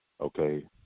okay